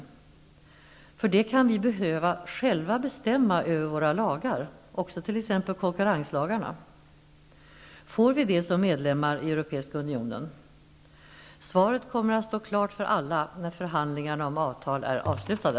För att det skall vara möjligt kan det vara nödvändigt att vi själva kan bestämma över våra lagar, också t.ex. konkurrenslagarna. Blir det möjligt för oss om Sverige är medlem i Europeiska unionen? Svaret kommer att stå klart för alla när förhandlingarna om avtal är avslutade.